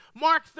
Mark